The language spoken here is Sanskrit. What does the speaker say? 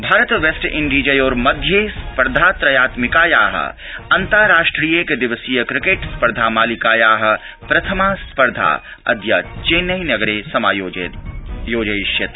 भारत वेस्टइण्डीजयो मध्ये स्पर्धा त्रयात्मिकाया अन्ताराष्ट्रियैक शिवसीय क्रिकेट स्पर्धा मालिकाया प्रथमा स्पर्धा अद्य चेन्नई नगरे समायोजयिष्यते